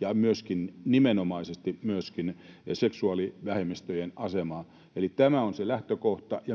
ja nimenomaisesti myöskin seksuaalivähemmistöjen asemaa. Eli tämä on se lähtökohta, ja